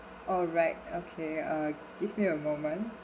alright okay uh give me a moment